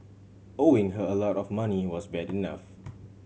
owing her a lot of money was bad enough